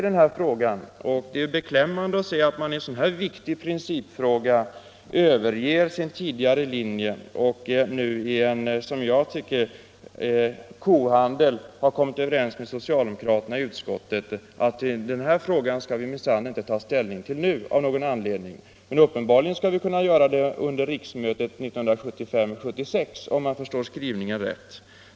Det är beklämmande att se att centerpartiet i en sådan här viktig principfråga överger sin tidigare linje och i vad jag vill beteckna som kohandel har kommit överens med socialdemokraterna i utskottet om att man inte skall ta ställning till den här frågan nu —- av någon anledning. Uppenbarligen skall man kunna göra det under riksmötet 1975/76, om jag förstår skrivningen rätt.